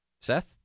Seth